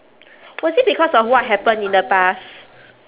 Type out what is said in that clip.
was it because of what happened in the past